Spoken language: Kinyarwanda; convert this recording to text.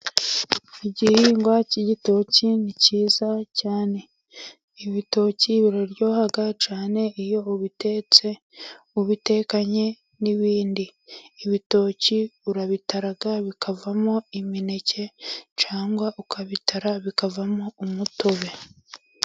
Igihingwa cy'igitoki ni cyiza cyane, ibitoki biraryoha cyane iyo ubitetse ubitekanye n'ibindi, ibitoki urabitara bikavamo imineke cyangwa ukabitara bikavamo umutobe.